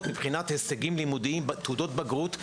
מבחינת הישגים לימודיים בתעודות בגרות,